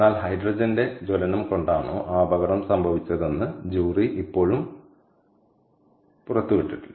എന്നാൽ ഹൈഡ്രജന്റെ ജ്വലനം കൊണ്ടാണോ ആ അപകടം സംഭവിച്ചതെന്ന് ജൂറി ഇപ്പോഴും പുറത്താണ്